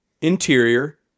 Interior